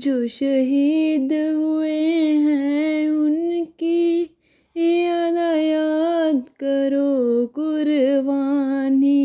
जो शहीद हुए हैं उनकी जरा याद करो कुर्बानी